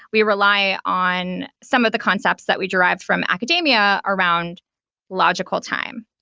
we rely on some of the concepts that we derived from academia around logical time.